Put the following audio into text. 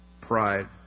Pride